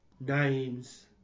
names